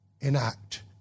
enact